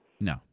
No